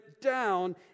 down